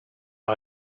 our